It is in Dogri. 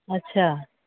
अच्छा